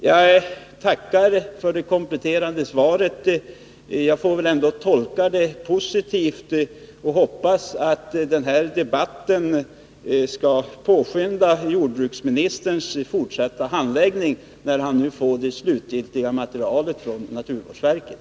Jag tackar för det kompletterande svaret. Jag tolkar det positivt och hoppas att denna debatt skall påskynda jordbruksministerns fortsatta handläggning när han får det slutgiltiga materialet från naturvårdsverket.